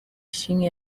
ishimwe